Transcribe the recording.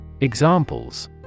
Examples